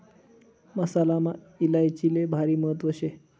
मसालामा इलायचीले भारी महत्त्व शे